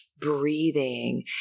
Breathing